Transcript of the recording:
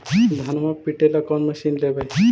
धनमा पिटेला कौन मशीन लैबै?